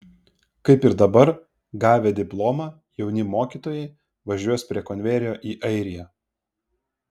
kaip ir dabar gavę diplomą jauni mokytojai važiuos prie konvejerio į airiją